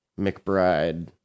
McBride